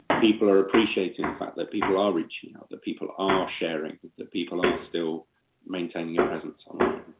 people are appreciating the fact that people are reaching out, that people are sharing, that that people are still maintaining a presence online.